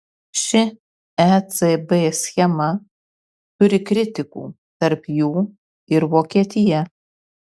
ši ecb schema turi kritikų tarp jų ir vokietija